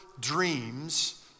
dreams